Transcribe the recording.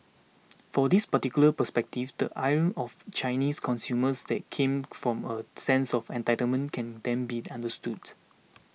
from this particular perspective the ire of Chinese consumers that came from a sense of entitlement can then be understood